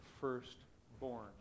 firstborn